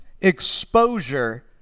exposure